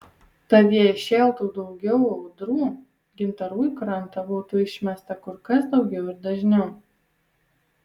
tad jei šėltų daugiau audrų gintarų į krantą būtų išmesta kur kas daugiau ir dažniau